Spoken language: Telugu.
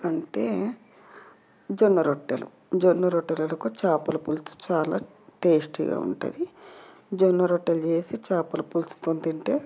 అంటే జొన్న రొట్టెలు జొన్న రొట్టెలకు చేపల పులుసు చాలా టేస్టీగా ఉంటుంది జొన్న రొట్టెలు చేసి చేపల పులుసుతో తింటే